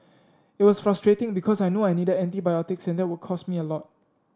it was frustrating because I knew I needed antibiotics and that would cost me a lot